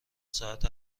ساعت